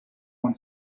con